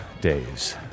days